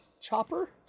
Chopper